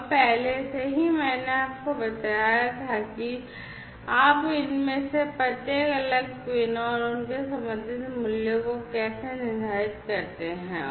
और पहले से ही मैंने आपको बताया था कि आप इनमें से प्रत्येक अलग पिन और उनके संबंधित मूल्यों को कैसे निर्धारित करते हैं